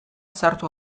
sartu